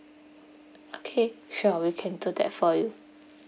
okay sure we can do that for you